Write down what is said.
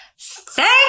Thank